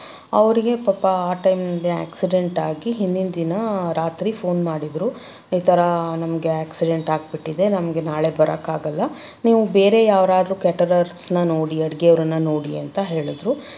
ಅವ್ರಿಗೆ ಪಾಪ ಆ ಟೈಮ್ನಲ್ಲಿ ಆಕ್ಸಿಡೆಂಟ್ ಆಗಿ ಹಿಂದಿನ ದಿನ ರಾತ್ರಿ ಫೋನ್ ಮಾಡಿದರು ಈ ಥರ ನಮಗೆ ಆಕ್ಸಿಡೆಂಟ್ ಆಗಿಬಿಟ್ಟಿದೆ ನಮಗೆ ನಾಳೆ ಬರಕ್ಕೆ ಆಗಲ್ಲ ನೀವು ಬೇರೆ ಯಾರಾದರೂ ಕ್ಯಾಟರರ್ಸನ್ನ ನೋಡಿ ಅಡುಗೆ ಅವರನ್ನ ನೋಡಿ ಅಂತ ಹೇಳಿದ್ರು